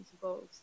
goals